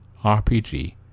RPG